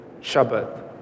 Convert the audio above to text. Shabbat